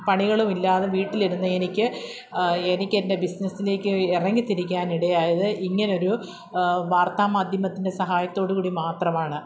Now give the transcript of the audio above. പണികളുമില്ലാത വീട്ടിലിരുന്ന എനിക്ക് എനിക്കുതന്നെ ബിസിനസ്സിലേക്ക് ഇറങ്ങിത്തിരിക്കാൻ ഇടയായത് ഇങ്ങനെയൊരു വാർത്താ മാധ്യമത്തിൻ്റെ സഹായത്തോടുകൂടി മാത്രമാണ്